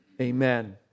amen